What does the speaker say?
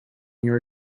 near